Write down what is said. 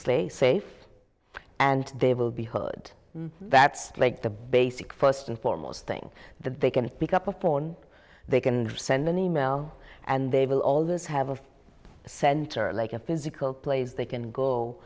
safe and they will be heard that's like the basic first and foremost thing that they can pick up a phone they can send an e mail and they will always have a center like a physical place they can go